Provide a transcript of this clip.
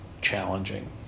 challenging